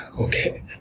okay